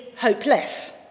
hopeless